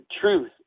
truth